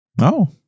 No